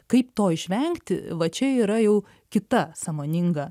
kaip to išvengti va čia yra jau kita sąmoninga